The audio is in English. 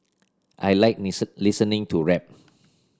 I like listening to rap